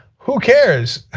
who cares?